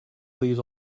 leaves